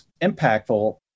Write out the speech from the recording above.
impactful